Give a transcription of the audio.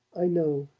i know.